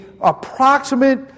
approximate